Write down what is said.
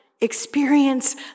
experience